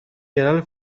yerel